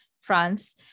france